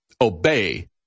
obey